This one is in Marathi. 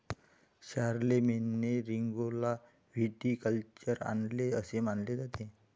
शारलेमेनने रिंगौला व्हिटिकल्चर आणले असे मानले जाते